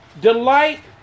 Delight